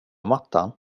mattan